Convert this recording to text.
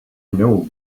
know